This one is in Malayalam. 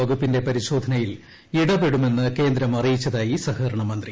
വകുപ്പിന്റെ പരിശോധനയിൽ ഇട്പെടുമെന്ന് കേന്ദ്രം അറിയിച്ചതായി സഹകരണീ മന്ത്രി